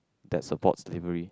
that supports slavery